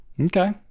Okay